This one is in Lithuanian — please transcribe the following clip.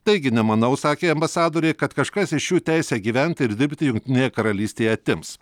taigi nemanau sakė ambasadorė kad kažkas iš jų teisę gyvent ir dirbti jungtinėje karalystėje atims